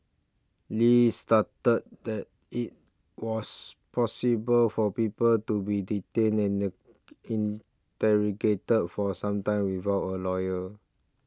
Li started that it was possible for people to be detained and in interrogated for some time without a lawyer